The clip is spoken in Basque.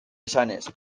esanez